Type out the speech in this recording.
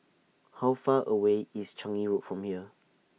How Far away IS Changi Road from here